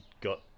got